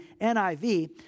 NIV